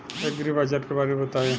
एग्रीबाजार के बारे में बताई?